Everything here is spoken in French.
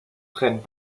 prennent